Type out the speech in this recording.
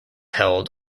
held